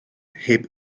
heb